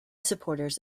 supporters